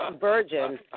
virgin